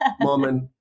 moment